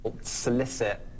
solicit